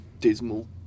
dismal